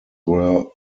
were